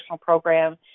program